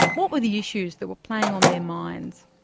what were the issues that were playing on their minds?